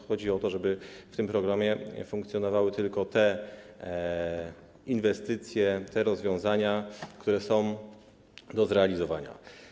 Chodzi o to, żeby w tym programie funkcjonowały tylko te inwestycje, te rozwiązania, które są do zrealizowania.